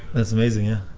that's amazing, yeah,